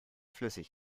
flüssig